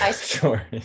Sure